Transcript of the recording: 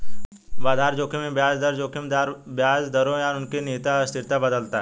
बाजार जोखिम में ब्याज दर जोखिम ब्याज दरों या उनके निहित अस्थिरता बदलता है